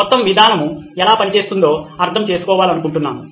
మొత్తం విధానము ఎలా పనిచేస్తుందో అర్థం చేసుకోవాలనుకుంటున్నాము